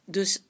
Dus